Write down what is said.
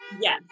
Yes